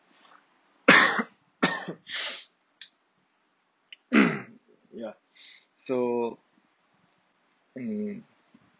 ya so mm